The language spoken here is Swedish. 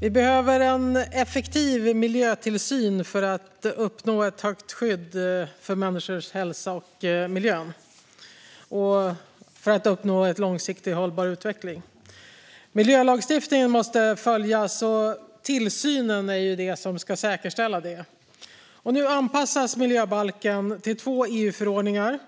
Vi behöver en effektiv miljötillsyn för att uppnå ett högt skydd för människors hälsa och för miljön samt för att nå en långsiktigt hållbar utveckling. Miljölagstiftningen måste följas, och tillsynen ska säkerställa detta. Nu anpassas miljöbalken till två EU-förordningar.